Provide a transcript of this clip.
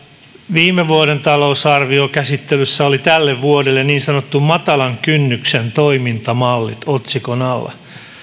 viime vuoden talousarviokäsittelyssä oli tälle vuodelle niin sanotun matalan kynnyksen toimintamallit otsikon alla